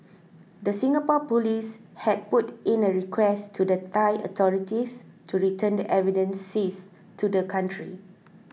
the Singapore police had put in a request to the Thai authorities to return the evidence seized to the country